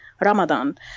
Ramadan